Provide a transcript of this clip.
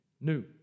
new